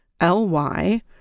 L-Y